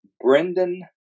Brendan